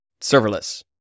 serverless